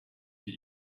die